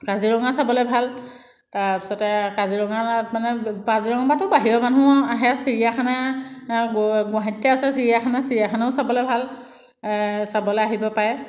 কাজিৰঙা চাবলৈ ভাল তাৰপিছতে কাজিৰঙাত মানে কাজিৰঙাতটো বাহিৰৰ মানুহ আহে চিৰিয়াখানা গুৱাহাটীতে আছে চিৰিয়াখানা চিৰিয়াখানাও চাবলৈ ভাল চাবলৈ আহিব পাৰে